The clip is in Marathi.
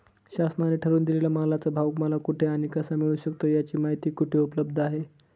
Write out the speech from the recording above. शासनाने ठरवून दिलेल्या मालाचा भाव मला कुठे आणि कसा मिळू शकतो? याची माहिती कुठे उपलब्ध आहे?